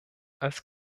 als